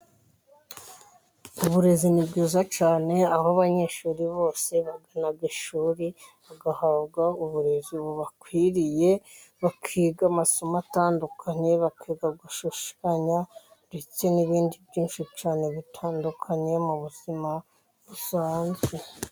Uburezi ni bwiza cyane aho abanyeshuri bose baganaga ishuri bagahabwa uburezi bubakwiriye, bakiga amasomo atandukanye bakiga gushushanya, ndetse n'ibindi byinshi cyane bitandukanye mu buzima busanzwe.